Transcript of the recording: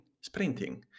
sprinting